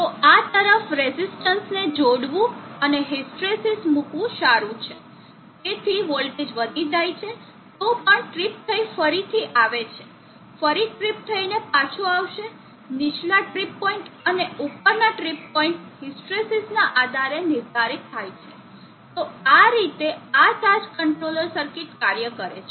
તો આ તરફ રેઝિસ્ટન્સને જોડવું અને હિસ્ટ્રેસિસ મૂકવાનું સારું છે જેથી વોલ્ટેજ વધી જાય તો પણ ટ્રિપ થઇ ફરીથી આવે છે ફરી ટ્રીપ થઈને પાછો આવશે નીચલા ટ્રિપ પોઇન્ટ અને ઉપરના ટ્રીપ પોઇન્ટ હિસ્ટ્રેસીસના આધારે નિર્ધારિત થાય છે તો આ રીતે આ ચાર્જ કંટ્રોલર સર્કિટ કાર્ય કરે છે